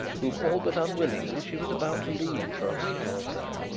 whom, all but unwillingly, she was about to leave for an hour or so,